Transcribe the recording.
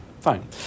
Fine